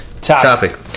topic